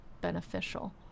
beneficial